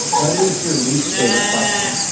what is your least favorite question?